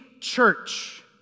church